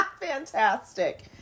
Fantastic